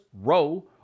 row